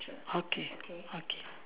okay okay